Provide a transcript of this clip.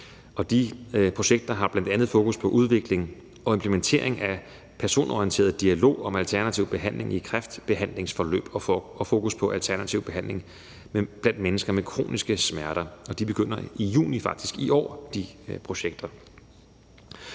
De projekter har bl.a. fokus på udvikling og implementering af personorienteret dialog om alternativ behandling i kræftbehandlingsforløb og fokus på alternativ behandling blandt mennesker med kroniske smerter. Og de projekter